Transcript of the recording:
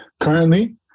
Currently